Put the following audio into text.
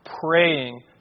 praying